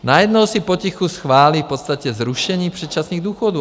Najednou si potichu schválí v podstatě zrušení předčasných důchodů.